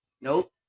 Nope